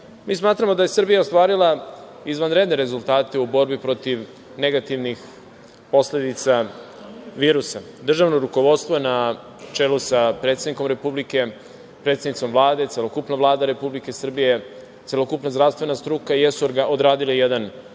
Mi smatramo da je Srbija ostvarila izvanredne rezultate u borbi protiv negativnih posledica virusa. Državno rukovodstvo, na čelu sa predsednikom Republike, predsednicom Vlade, celokupna Vlada Republike Srbije, celokupna zdravstvena struka jesu odradili jedan ozbiljan